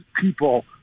people